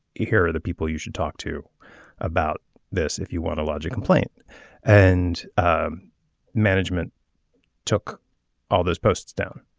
you hear the people you should talk to about this. if you want to lodge a complaint and um management took all those posts down